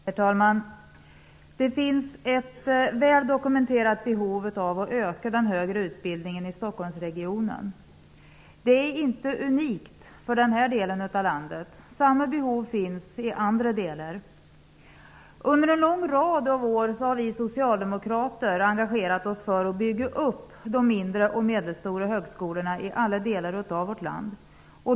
Herr talman! Det finns ett väl dokumenterat behov av att öka den högre utbildningen i Stockholmsregionen. Det är inget unikt för den här delen av landet. Samma behov finns också i andra delar. Under en lång rad år har vi socialdemokrater engagerat oss i att bygga upp de mindre och medelstora högskolorna i alla delar av vårt land.